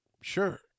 sure